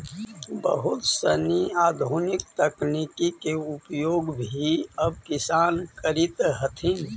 बहुत सनी आधुनिक तकनीक के उपयोग भी अब किसान करित हथिन